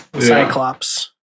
Cyclops